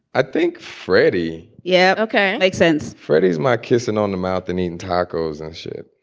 i think. freddy yeah. okay. like sense freddy is my kissing on the mouth the need tacos and shit